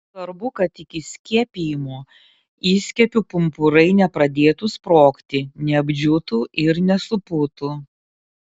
svarbu kad iki skiepijimo įskiepių pumpurai nepradėtų sprogti neapdžiūtų ir nesupūtų